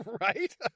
Right